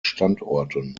standorten